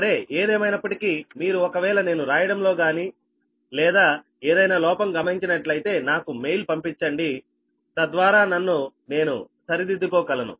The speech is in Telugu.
సరే ఏదేమైనప్పటికీ మీరు ఒకవేళ నేను రాయడం లో గాని లేదా ఏదైనా లోపం గమనించినట్లయితే నాకు మెయిల్ పంపించండి తద్వారా నన్ను నేను సరిదిద్దుకోగలను